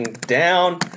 down